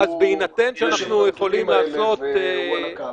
יש לו את הנתונים האלה והוא על הקו.